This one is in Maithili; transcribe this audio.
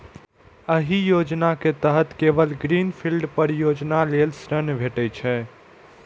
एहि योजना के तहत केवल ग्रीन फील्ड परियोजना लेल ऋण भेटै छै